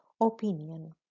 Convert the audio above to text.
opinion